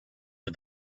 for